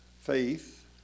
faith